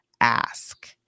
ask